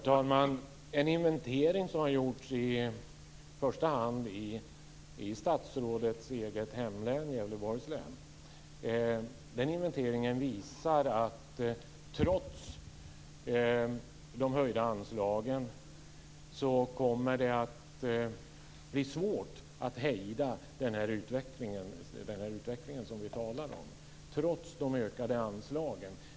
Herr talman! Den inventering som har gjorts i första hand i statsrådets eget hemlän, Gävleborgs län, visar att det trots de höjda anslagen kommer att bli svårt att hejda den utveckling som vi talar om.